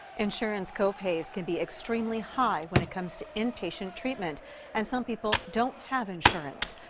insurance co-pays can be extremely high when it comes to in-patient treatment and some people don't have insurance.